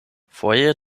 foje